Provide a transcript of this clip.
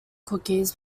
cookies